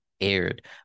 aired